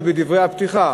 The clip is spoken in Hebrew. להיות בדברי הפתיחה.